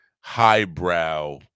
highbrow